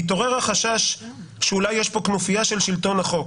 מתעורר החשש שאולי יש פה כנופיה של שלטון החוק,